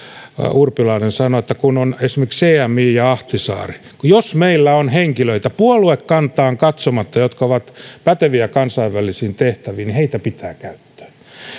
urpilainen sanoi että kun on esimerkiksi cmi ja ahtisaari jos meillä on henkilöitä puoluekantaan katsomatta jotka ovat päteviä kansainvälisiin tehtäviin niin heitä pitää käyttää